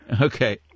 Okay